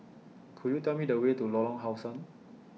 Could YOU Tell Me The Way to Lorong How Sun